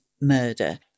murder